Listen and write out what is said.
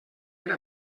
era